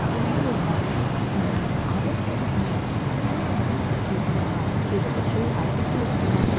அதை வந்து அரைச்சு அது நல்ல மண்சட்டியில் பண்ணுவாங்க எஸ்பெஷலி அடுப்பில் செய்வாங்க